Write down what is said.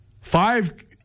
five